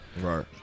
Right